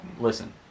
listen